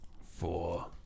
Four